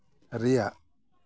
ᱨᱮᱭᱟᱜ